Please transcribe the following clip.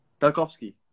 Tarkovsky